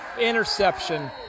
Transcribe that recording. interception